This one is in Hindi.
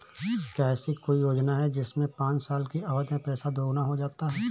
क्या ऐसी कोई योजना है जिसमें पाँच साल की अवधि में पैसा दोगुना हो जाता है?